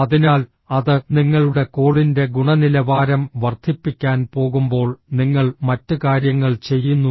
അതിനാൽ അത് നിങ്ങളുടെ കോളിൻറെ ഗുണനിലവാരം വർദ്ധിപ്പിക്കാൻ പോകുമ്പോൾ നിങ്ങൾ മറ്റ് കാര്യങ്ങൾ ചെയ്യുന്നു